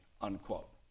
unquote